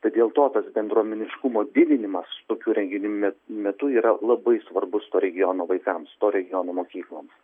tai dėl to tas bendruomeniškumo didinimas tokių renginių me metu yra labai svarbus to regiono vaikams to regiono mokykloms